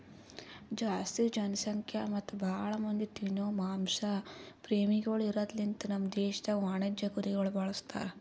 ಜಾಸ್ತಿ ಜನಸಂಖ್ಯಾ ಮತ್ತ್ ಭಾಳ ಮಂದಿ ತಿನೋ ಮಾಂಸ ಪ್ರೇಮಿಗೊಳ್ ಇರದ್ ಲಿಂತ ನಮ್ ದೇಶದಾಗ್ ವಾಣಿಜ್ಯ ಕುರಿಗೊಳ್ ಬಳಸ್ತಾರ್